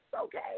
Okay